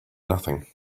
nothing